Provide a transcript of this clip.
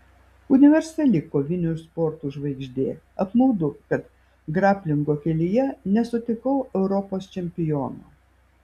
universali kovinių sportų žvaigždė apmaudu kad graplingo kelyje nesutikau europos čempiono